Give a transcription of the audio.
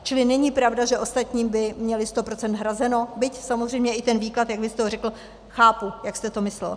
Čili není pravda, že ostatní by měli 100 % hrazeno, byť samozřejmě i ten výklad, jak vy jste ho řekl, chápu, jak jste to myslel.